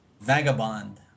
Vagabond